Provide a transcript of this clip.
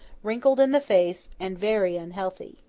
wrinkled in the face, and very unhealthy.